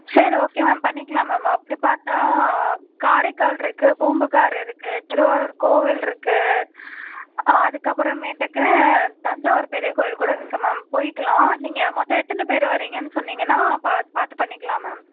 சரி okay ma'am பண்ணிக்கலாம் ma'am அப்படி பார்த்தா காரைக்கால் இருக்குது பூம்புகார் இருக்குது திருவாரூர் கோயில் இருக்குது அதுக்கு அப்புறமேட்டுக்கு தஞ்சாவூர் பெரிய கோயில் கூட இருக்குது மேம் போய்க்கலாம் நீங்கள் மொத்தம் எத்தனை பேர் வரீங்கன்னு சொன்னிங்கன்னால் பார்த்து பண்ணிக்கலாம் மேம்